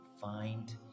find